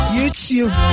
YouTube